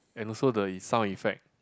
and also the e~ sound effect